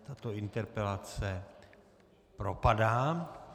Tato interpelace propadá.